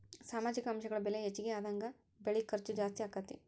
ಸಾಮಾಜಿಕ ಅಂಶಗಳ ಬೆಲೆ ಹೆಚಗಿ ಆದಂಗ ಬೆಳಿ ಖರ್ಚು ಜಾಸ್ತಿ ಅಕ್ಕತಿ